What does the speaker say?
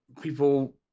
people